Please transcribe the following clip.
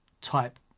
type